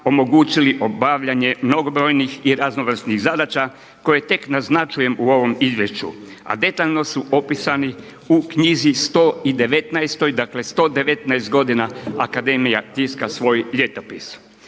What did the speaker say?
omogućili obavljanje mnogobrojnih i raznovrsnih zadaća koje tek naznačujem u ovom izvješću a detaljno su opisani u knjizi 119, dakle 119 godina Akademija tiska svoj Ljetopis.